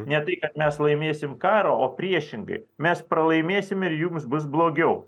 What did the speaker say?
ne tai kad mes laimėsim karą o priešingai mes pralaimėsim ir jums bus blogiau